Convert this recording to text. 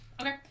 Okay